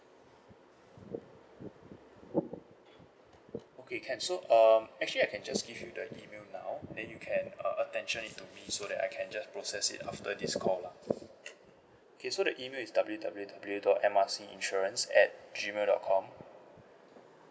okay can so um actually I can just give you the email now then you can uh attention to me so that I can just process it after this call lah okay so the email is W_W_W dot M R C insurance at gmail dot com